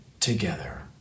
Together